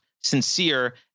sincere